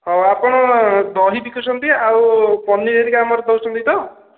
ହଉ ଆପଣ ଦହି ବିକୁଛନ୍ତି ଆଉ ପନିର୍ ହେରିକା ଆମର ଦେଉଛନ୍ତି ତ